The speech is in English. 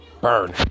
Burn